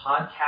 podcast